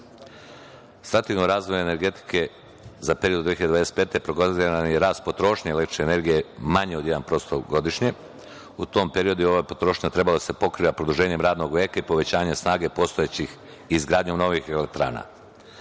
razvoja energetike za period 2025. prognoziran je rast potrošnje električne energije manji od 1% godišnje, u tom periodu bi ova potrošnja trebala da se pokriva produženjem radnog veka i povećanjem snage postojećih i izgradnjom novih elektrana.